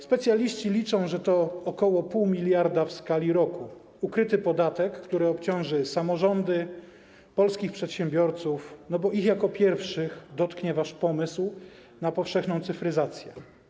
Specjaliści liczą, że to ok. 0,5 mld w skali roku - ukryty podatek, który obciąży samorządy, polskich przedsiębiorców, bo ich jako pierwszych dotknie wasz pomysł na powszechną cyfryzację.